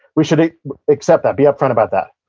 we should accept that, be upfront about that.